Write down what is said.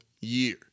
year